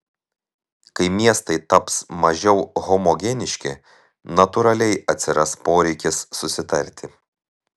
kai miestai taps mažiau homogeniški natūraliai atsiras poreikis susitarti